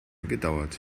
gedauert